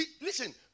Listen